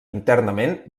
internament